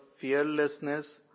fearlessness